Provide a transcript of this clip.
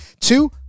two